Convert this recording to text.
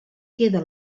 queda